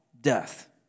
death